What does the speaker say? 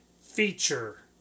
feature